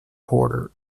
porter